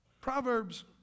Proverbs